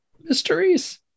mysteries